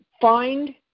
find